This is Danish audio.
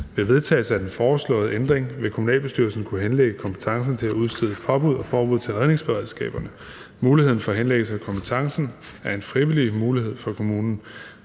Ved vedtagelse af den foreslåede ændring vil kommunalbestyrelsen kunne henlægge kompetencen til at udstede påbud og forbud til redningsberedskaberne. Muligheden for henlæggelse af kompetencen er en frivillig mulighed for kommunen.